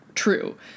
True